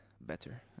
better